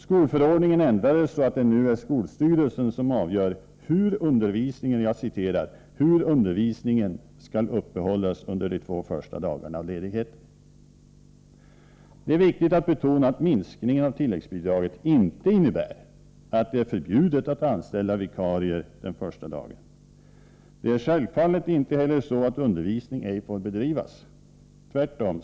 Skolförordningen ändrades så att det nu är skolstyrelsen som avgör ”hur undervisningen skall uppehållas under de två första dagarna av ledigheten”. Det är viktigt att betona att minskningen av tilläggsbidraget inte innebär att det är förbjudet att anställa vikarier den första dagen. Det är självfallet inte heller så att undervisning ej får bedrivas — tvärtom.